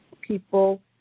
people